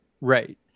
right